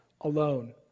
alone